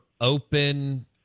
open